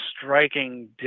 striking